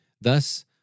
Thus